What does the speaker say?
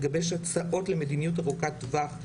לגבש הצעות למדיניות ארוכת טווח,